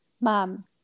Mom